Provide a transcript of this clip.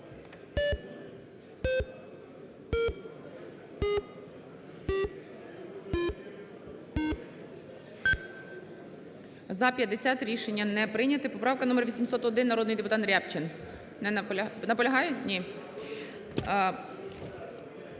За-50 Рішення не прийняте. Поправка номер 801, народний депутат Рябчин. Наполягає? Ні.